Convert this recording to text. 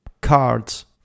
cards